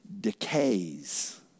decays